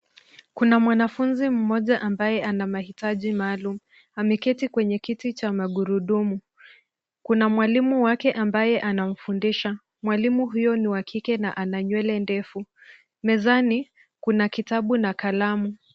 Kuna mwanafunzi mmoja ambaye ana mahitaji maalum, ameketi kwenye kiti cha magurudumu. Kuna mwalimu wake ambaye anamfundisha. Mwalimu huyo ni wa kike na ana nywele ndefu. Mezani, kuna kitabu na kalamu.